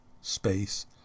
space